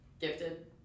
Gifted